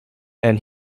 and